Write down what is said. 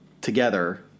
together